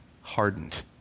hardened